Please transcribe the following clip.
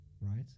right